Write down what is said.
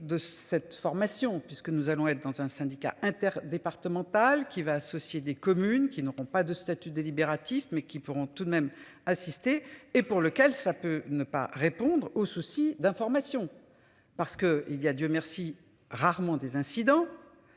de cette formation puisque nous allons être dans un syndicat. Interdépartemental qui va associer des communes qui n'auront pas de statut délibératif mais qui pourront tout de même assisté et pour lequel ça peut ne pas répondre au souci d'information parce que il y a Dieu merci rarement des incidents.